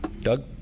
doug